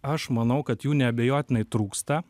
aš manau kad jų neabejotinai trūksta